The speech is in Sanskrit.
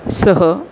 सः